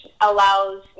allows